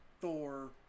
Thor